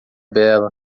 bela